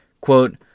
Quote